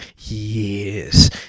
yes